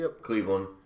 Cleveland